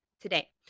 Today